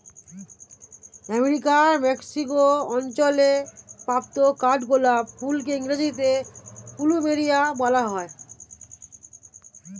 আমেরিকার মেক্সিকো অঞ্চলে প্রাপ্ত কাঠগোলাপ ফুলকে ইংরেজিতে প্লুমেরিয়া বলা হয়